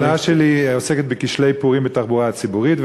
השאלה שלי עוסקת בכשלי פורים בתחבורה הציבורית.